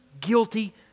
guilty